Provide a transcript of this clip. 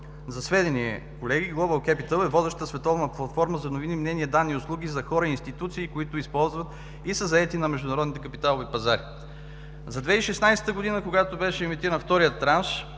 За сведение, колеги, „Глобъл Кепитъл“ е водеща световна платформа за новини, мнения, данни и услуги за хора, институции, които използват и са заети на международните капиталови пазари. За 2016 г., когато беше емитиран вторият транш,